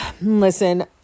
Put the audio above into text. listen